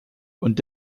und